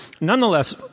Nonetheless